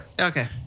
Okay